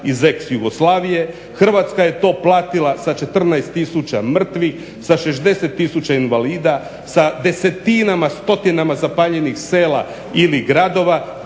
Hrvatska je to platila sa 14 000 mrtvih, sa 60 000 invalida, sa desetinama, stotinama zapaljenih sela ili gradova